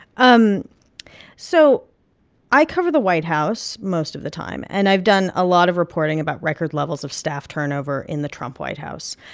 um so i cover the white house most of the time. and i've done a lot of reporting about record levels of staff turnover in the trump white house,